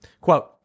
Quote